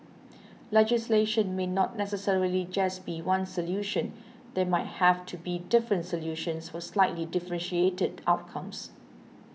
legislation may not necessarily just be one solution there might have to be different solutions for slightly differentiated outcomes